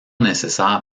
nécessaire